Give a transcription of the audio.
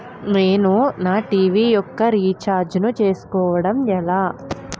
నేను నా టీ.వీ యెక్క రీఛార్జ్ ను చేసుకోవడం ఎలా?